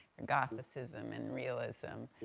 gothicism and realism,